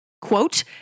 quote